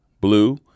blue